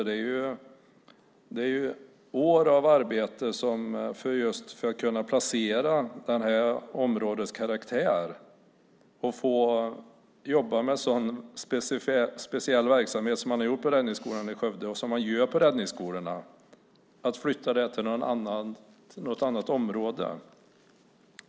Det krävs år av arbete för att kunna planera områdets karaktär och få jobba med sådan speciell verksamhet som man har gjort på Räddningsskolan i Skövde och som man gör på räddningsskolorna om man flyttar det till något annat område.